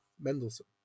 Mendelssohn